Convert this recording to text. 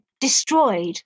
destroyed